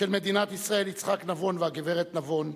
של מדינת ישראל יצחק נבון והגברת נבון,